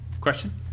Question